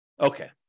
Okay